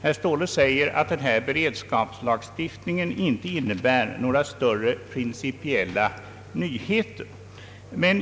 Herr Ståhle säger att den beredskapslagstiftning som det här är fråga om inte innebär några större principiella nyheter.